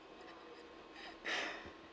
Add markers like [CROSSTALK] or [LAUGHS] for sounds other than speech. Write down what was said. [LAUGHS]